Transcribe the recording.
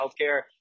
healthcare